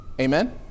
amen